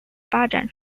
发展